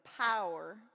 power